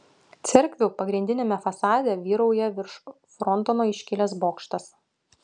cerkvių pagrindiniame fasade vyrauja virš frontono iškilęs bokštas